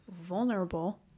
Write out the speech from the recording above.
vulnerable